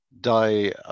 die